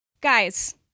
Guys